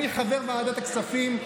אני חבר ועדת הכספים,